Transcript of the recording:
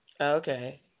Okay